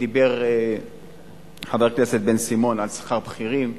דיבר חבר הכנסת בן-סימון על שכר בכירים.